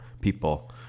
people